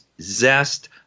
zest